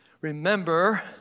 remember